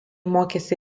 mokėsi